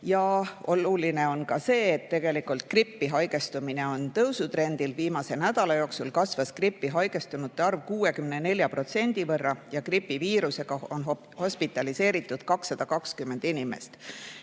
Ja oluline on ka see, et grippi haigestumine on tõusutrendil. Viimase nädala jooksul kasvas grippi haigestunute arv 64% võrra ja gripiviirusega on hospitaliseeritud 220 inimest.